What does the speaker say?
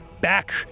back